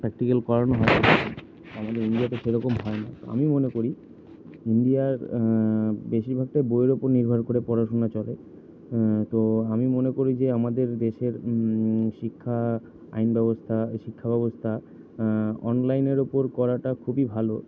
practical করানো হয় আমাদের ইন্ডিয়াতে সেরকম হয় না আমি মনে করি ইন্ডিয়ার বেশিরভাগটা বইয়ের ওপর নির্ভর করে পড়াশুনা চলে তো আমি মনে করি যে আমাদের দেশের শিক্ষা আইন ব্যবস্থা শিক্ষাব্যবস্থা অনলাইনের উপর করাটা খুবই ভালো